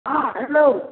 हँ हेलो